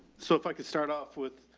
so if i could start off with,